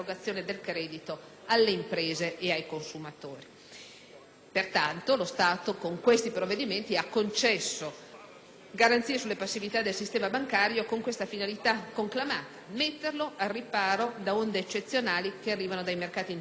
alle imprese e ai consumatori. Pertanto, lo Stato con questi provvedimenti ha concesso garanzie sulle passività del sistema bancario con la finalità conclamata di metterlo al riparo da onde eccezionali che arrivano dai mercati internazionali.